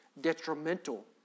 detrimental